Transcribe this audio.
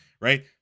right